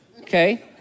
okay